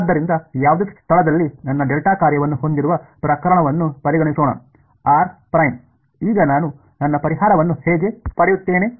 ಆದ್ದರಿಂದ ಯಾವುದೇ ಸ್ಥಳದಲ್ಲಿ ನನ್ನ ಡೆಲ್ಟಾ ಕಾರ್ಯವನ್ನು ಹೊಂದಿರುವ ಪ್ರಕರಣವನ್ನು ಪರಿಗಣಿಸೋಣ r' ಈಗ ನಾನು ನನ್ನ ಪರಿಹಾರವನ್ನು ಹೇಗೆ ಪಡೆಯುತ್ತೇನೆ